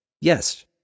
Yes